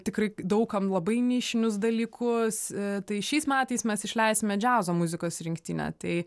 tikrai daug kam labai nišinius dalykus tai šiais metais mes išleisime džiazo muzikos rinktinę tai